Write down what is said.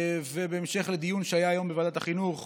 בהמשך לדיון שהיה היום בוועדת החינוך,